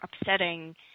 upsetting